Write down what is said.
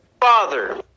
father